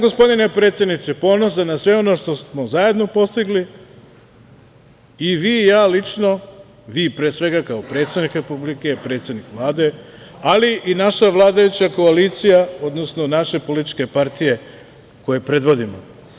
Gospodine predsedniče, ja sam ponosan na sve ono što smo zajedno postigli i vi i ja lično, vi pre svega kao predsednik Republike, predsednik Vlade, ali i naša vladajuća koalicija, odnosno naše političke partije koje predvodimo.